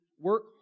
work